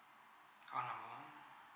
alarm one